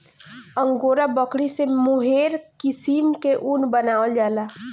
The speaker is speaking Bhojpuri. अंगोरा बकरी से मोहेर किसिम के ऊन बनावल जाला